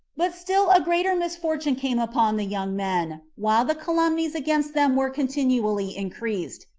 but still a greater misfortune came upon the young men while the calumnies against them were continually increased,